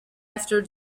after